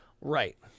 Right